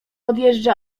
odjeżdża